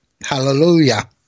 Hallelujah